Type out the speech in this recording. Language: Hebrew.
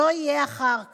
לא יהיה אחר כך.